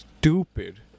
stupid